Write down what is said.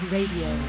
Radio